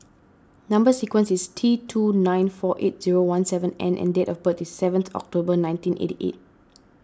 Number Sequence is T two nine four eight zero one seven N and date of birth is seventh October nineteen eighty eight